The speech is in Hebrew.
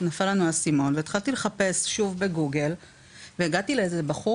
נפל לנו האסימון והתחלתי לחפש שוב ב-גוגל והגעתי לאיזה בחור